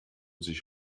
sich